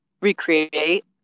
recreate